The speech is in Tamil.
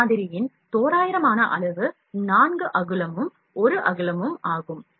இந்த மாதிரியின் தோராயமான அளவு 4 அங்குலமும் 1 அங்குலமும் ஆகும்